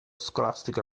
scolastico